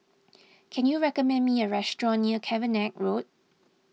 can you recommend me a restaurant near Cavenagh Road